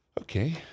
Okay